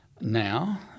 Now